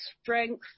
strength